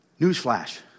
newsflash